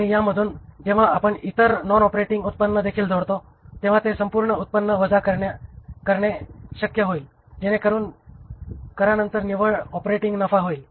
आणि यामधून जेव्हा आपण इतर नॉन ऑपरेटिंग उत्पन्न देखील जोडतो तेव्हा ते संपूर्ण उत्पन्न वजा करण्ये शक्य होईल जेणेकरून करानंतर निव्वळ ऑपरेटिंग नफा होईल